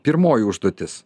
pirmoji užduotis